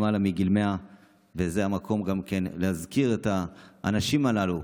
למעלה מגיל 100. זה גם המקום להזכיר את האנשים הללו,